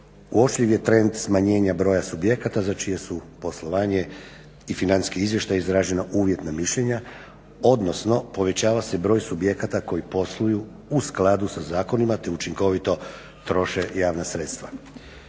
uočljiv je trend smanjenja broja subjekata za čije su poslovanje i financijski izvještaj izražena uvjetna mišljenja odnosno povećava se broj subjekata koji posluju u skladu sa zakonima te učinkovito troše javna sredstva.